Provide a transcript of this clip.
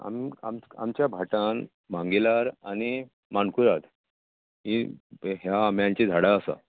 आम आम आमच्या भाटान मांगिलार आनी मानकुराद हीं ह्या आंब्याचीं झाडां आसात